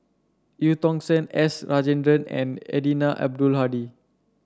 Eu Tong Sen S Rajendran and Eddino Abdul Hadi